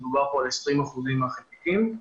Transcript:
מדובר על 20% מהחלקיקים,